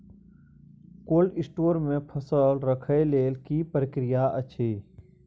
Cold store मे फसल रखय लेल की प्रक्रिया अछि?